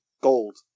gold